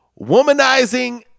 womanizing